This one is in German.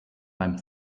beim